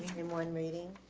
in one reading.